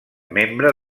membre